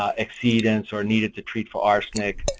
ah exceedance or needed to treat for arsenic,